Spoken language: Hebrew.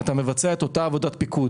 מבצע את אותה עבודת פיקוד